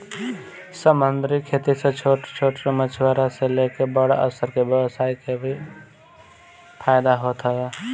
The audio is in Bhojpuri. समंदरी खेती से छोट छोट मछुआरा से लेके बड़ स्तर के व्यवसाय के भी फायदा होत हवे